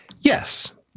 Yes